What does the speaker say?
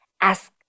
ask